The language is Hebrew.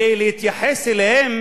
ולהתייחס אליהם